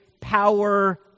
power